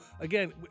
again